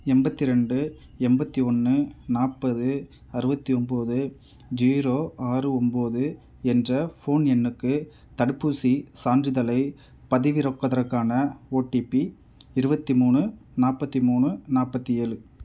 எண்பத்தி ரெண்டு எண்பத்தி ஒன்று நாற்பது அறுபத்தி ஒம்போது ஜீரோ ஆறு ஒம்போது என்ற ஃபோன் எண்ணுக்கு தடுப்பூசி சான்றிதழை பதிவிறக்குவதற்கான ஓடிபி இருபத்தி மூணு நாற்பத்தி மூணு நாற்பத்தி ஏழு